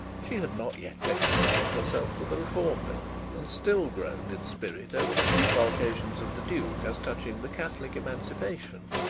she had not yet reconciled herself to the reform bill, and still groaned in spirit over the defalcations of the duke as touching the catholic emancipation.